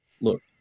Look